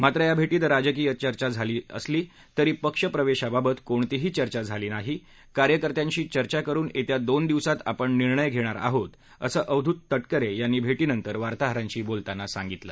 मात्र या भेटीत राजकीय चर्चा झाली असली तरी पक्ष प्रवेशाबाबत कोणतीही चर्चा झाली नाही कार्यकत्यांशी चर्चा करून येत्या दोन दिवसांत आपण निर्णय घेणार आहोत असं अवधूत तटकरे यांनी भेटीनंतर वार्ताहरांशी बोलताना सांगितलं